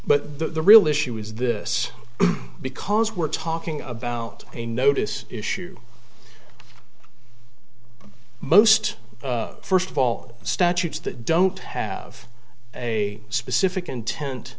but the real issue is this because we're talking about a notice issue most first of all statutes that don't have a specific